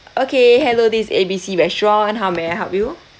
okay hello this is A B C restaurant how may I help you